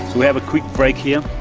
we have a quick break here